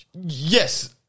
Yes